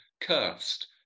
cursed